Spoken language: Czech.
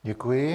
Děkuji.